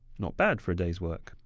not bad for a day's work.